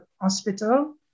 hospital